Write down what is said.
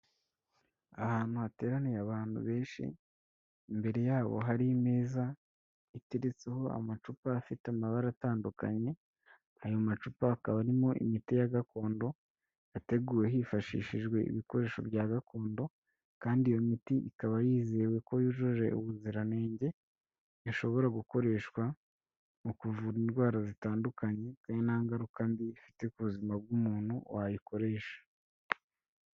Ahantu hateraniye abantu benshi, imbere yabo hari imeza iteretseho amacupa afite amabara atandukanye, ayo macupa akaba arimo imiti ya gakondo, yateguwe hifashishijwe ibikoresho bya gakondo, kandi iyo miti ikaba yizewe ko yujuje ubuziranenge, ishobora gukoreshwa mu kuvura indwara zitandukanye, kandi nta ngaruka mbi ifite ku buzima bw'umuntu wayikoresha.